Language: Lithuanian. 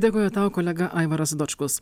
dėkoju tau kolega aivaras dočkus